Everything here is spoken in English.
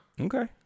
Okay